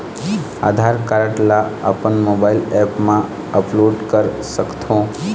आधार card ला अपन mobile app मा अपलोड कर सकथों?